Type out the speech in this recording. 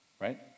right